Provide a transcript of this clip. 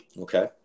Okay